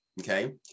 okay